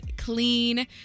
clean